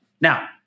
Now